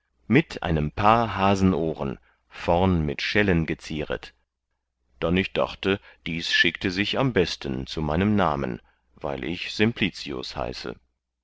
mit einem paar hasenohren vorn mit schellen gezieret dann ich dachte dies schickte sich am besten zu meinem namen weil ich simplicius heiße